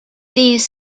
these